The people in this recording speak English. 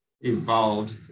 evolved